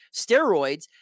steroids